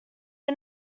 are